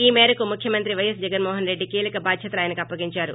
ఈ మేరకు ముఖ్యమంత్రి వైఎస్ జగన్మోహన్రెడ్డి కీలక బాధ్యతలు ఆయనకు అప్పగించారు